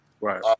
right